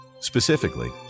Specifically